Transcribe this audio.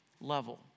level